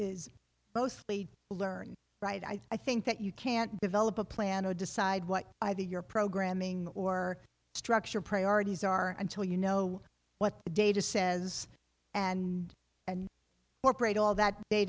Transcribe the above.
is mostly learned right i think that you can't develop a plan or decide what either your programming or structure priorities are until you know what the data says and and or break all that